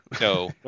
no